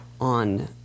on